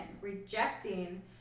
rejecting